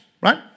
right